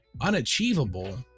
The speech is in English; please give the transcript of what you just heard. Unachievable